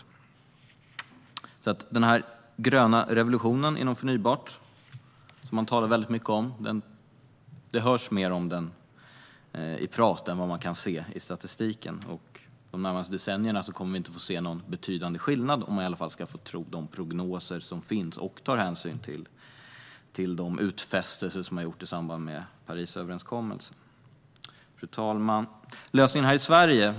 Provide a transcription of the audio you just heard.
Det talas väldigt mycket om den gröna revolutionen inom förnybart, men det hörs mer om den i prat än vad man kan se i statistiken. De närmaste decennierna kommer vi inte att få se någon betydande skillnad, om vi ska tro på de prognoser som finns och tar hänsyn till de utfästelser som har gjorts i samband med Parisöverenskommelsen. Fru talman!